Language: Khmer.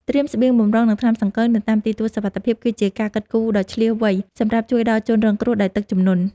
ត្រៀមស្បៀងបម្រុងនិងថ្នាំសង្កូវនៅតាមទីទួលសុវត្ថិភាពគឺជាការគិតគូរដ៏ឈ្លាសវៃសម្រាប់ជួយដល់ជនរងគ្រោះដោយទឹកជំនន់។